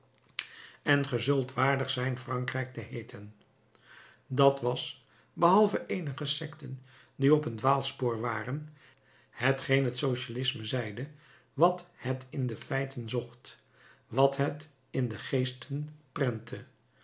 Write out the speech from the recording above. en ge zult waardig zijn frankrijk te heeten dat was behalve eenige secten die op een dwaalspoor waren hetgeen het socialisme zeide wat het in de feiten zocht wat het in de geesten prentte